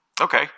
Okay